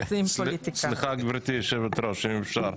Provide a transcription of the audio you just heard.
סליחה גבירתי היושבת-ראש, אם אפשר.